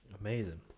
amazing